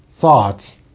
thoughts